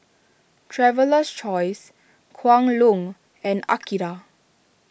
Traveler's Choice Kwan Loong and Akira